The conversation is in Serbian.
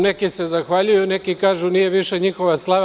Neki se zahvaljuju, neki kažu da nije više njihova slava.